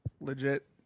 Legit